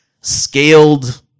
scaled